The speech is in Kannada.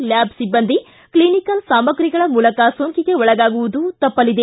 ಲ್ಯಾಬ್ ಸಿಬ್ಬಂದಿ ಕ್ಲಿನಿಕಲ್ ಸಾಮಗ್ರಿಗಳ ಮೂಲಕ ಸೋಂಕಿಗೆ ಒಳಗಾಗುವುದು ತಪ್ಪಿಸಲಿದೆ